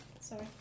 sorry